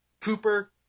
Cooper